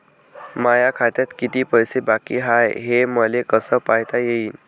माया खात्यात किती पैसे बाकी हाय, हे मले कस पायता येईन?